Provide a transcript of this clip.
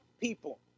people